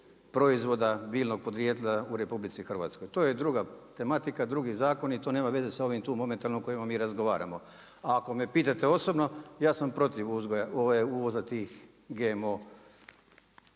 proizvoda biljnog podrijetla u RH. To je druga tematika, drugi zakoni, to nema veze sa ovim tu momentalno kojima mi razgovaramo. Ako me pitate osobno, ja sam protiv uvoza tih GMO